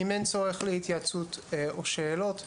אם אין צורך בהתייעצות או בשאלות,